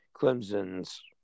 Clemson's